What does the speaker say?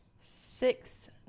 six